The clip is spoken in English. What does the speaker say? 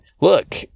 look